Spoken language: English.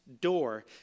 door